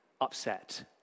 upset